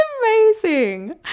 amazing